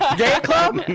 gay club! and